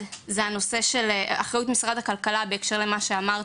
הנושא של פיקוח על מזון: אחריות משרד הכלכלה בנושא הזה.